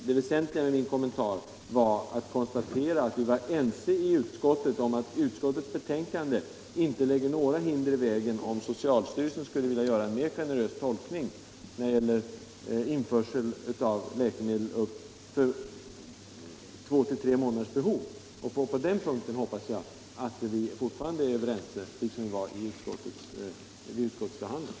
Det väsentliga med min kommentar var att konstatera att vi var ense i utskottet om att utskottets betänkande inte lägger några hinder i vägen om socialstyrelsen skulle vilja göra en mera generös tolkning när det gäller införsel av läkemedel för två å tre månaders behov. På den punkten hoppas jag att vi fortfarande är överens liksom vi var under utskottsbehandlingen.